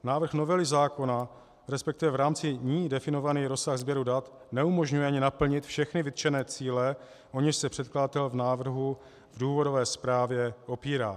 Návrh novely zákona, resp. v rámci ní definovaný rozsah sběru dat, neumožňuje ani naplnit všechny vytčené cíle, o něž se předkladatel v návrhu v důvodové zprávě opírá.